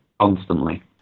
constantly